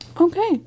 okay